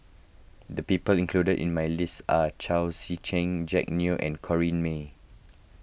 the people included in my list are Chao Tzee Cheng Jack Neo and Corrinne May